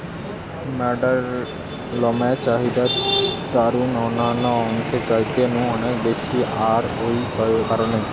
ম্যাড়ার লমের চাহিদা তারুর অন্যান্য অংশের চাইতে নু অনেক বেশি আর ঔ কারণেই